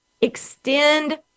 Extend